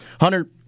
Hunter